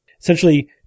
Essentially